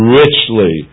richly